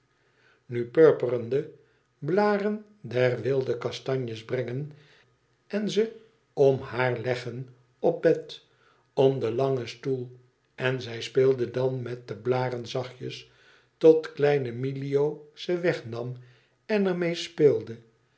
nu purperende blaren der wildekastanjes brengen en ze m haar leggen op bed om den langen stoel en zij speelde dan met de blaren zachtjes tot kleine milio ze wegnam en er mee speelde